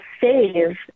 save